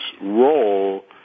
role